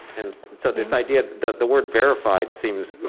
and so this idea that the word verified seems,